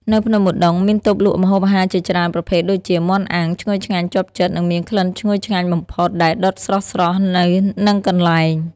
នៅភ្នំឧដុង្គ មានតូបលក់ម្ហូបអាហារជាច្រើនប្រភេទដូចជា មាន់អាំង ឈ្ងុយឆ្ងាញ់ជាប់ចិត្តនិងមានក្លិនឈ្ងុយឆ្ងាញ់បំផុត ដែលដុតស្រស់ៗនៅនឹងកន្លែង។